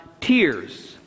tears